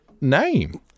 name